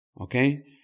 Okay